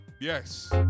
Yes